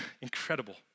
Incredible